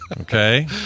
Okay